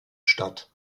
statt